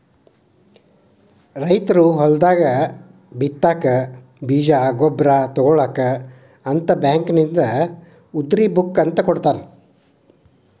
ರೈತರು ಹೊಲದಾಗ ಬಿತ್ತಾಕ ಬೇಜ ಗೊಬ್ಬರ ತುಗೋಳಾಕ ಅಂತ ಬ್ಯಾಂಕಿನಿಂದ ಉದ್ರಿ ಬುಕ್ ಅಂತ ಕೊಡತಾರ